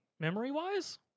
Memory-wise